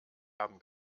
haben